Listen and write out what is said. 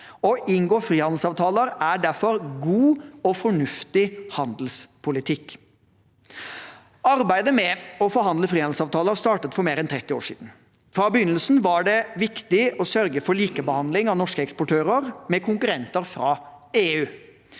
Å inngå frihandelsavtaler er derfor god og fornuftig handelspolitikk. Arbeidet med å forhandle frihandelsavtaler startet for mer enn 30 år siden. Fra begynnelsen var det et viktig mål å sørge for likebehandling av norske eksportører med konkurrenter fra EU.